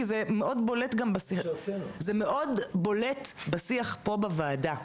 כי זה מאוד בולט גם בשיח פה בוועדה.